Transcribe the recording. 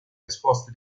risposte